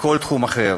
ובכל תחום אחר.